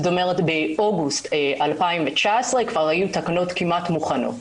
באוגוסט 2019 כבר היו תקנות כמעט מוכנות.